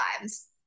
lives